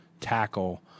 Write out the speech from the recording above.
tackle